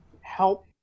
help